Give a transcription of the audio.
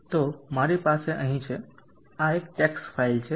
તો મારી પાસે અહીં છે આ એક ટેક્સ્ટ ફાઇલ છે